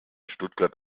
stuttgart